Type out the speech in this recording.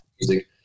music